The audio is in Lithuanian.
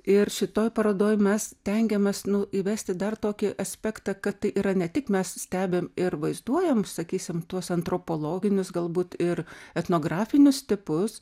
ir šitoj parodoj mes stengiamės nu įvesti dar tokį aspektą kad tai yra ne tik mes stebim ir vaizduojam sakysim tuos antropologinius galbūt ir etnografinius tipus